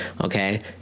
Okay